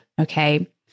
Okay